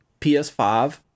PS5